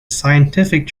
scientific